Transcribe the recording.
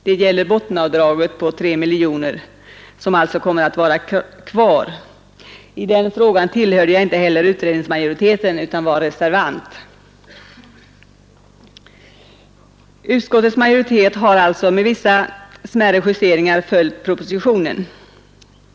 Det gäller bottenavdraget på 3 miljoner, som alltså kommer att vara kvar. I den frågan tillhörde jag inte heller utredningsmajoriteten utan var reservant. Skatteutskottets majoritet har alltså med vissa smärre justeringar följt propositionen.